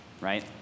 right